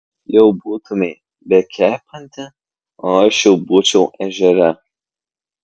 jau būtumei bekepanti o aš jau būčiau ežere